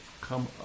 come